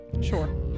Sure